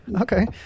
Okay